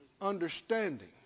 understanding